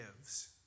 gives